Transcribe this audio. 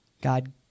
God